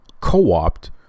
co-opt